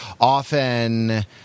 often